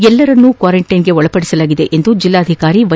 ಎಲ್ಲರನ್ನು ಕ್ವಾರೆಂಟ್ಟೆನ್ಗೆ ಒಳಪಡಿಸಲಾಗಿದೆ ಎಂದು ಜಿಲ್ಲಾಧಿಕಾರಿ ವೈ